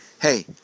Hey